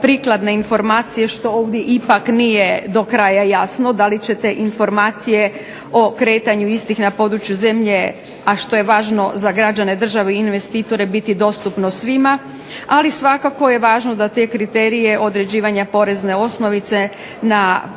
prikladne informacije što ovdje ipak nije do kraja jasno da li će te informacije o kretanju istih na području zemlje, a što je važno za građane države i investitore biti dostupno svima. Ali svakako je važno da te kriterije određivanja porezne osnovice za porez